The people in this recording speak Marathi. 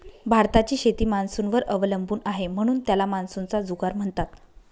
भारताची शेती मान्सूनवर अवलंबून आहे, म्हणून त्याला मान्सूनचा जुगार म्हणतात